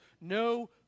no